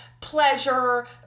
pleasure